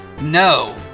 No